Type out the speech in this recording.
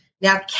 Now